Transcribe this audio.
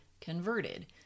converted